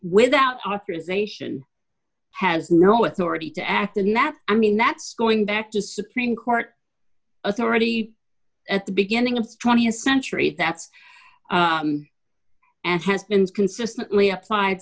without authorization has no authority to act in that i mean that's going back to supreme court authority at the beginning of the th century that's and has been consistently applied